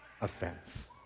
offense